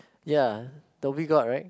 ya Dhoby Ghaut right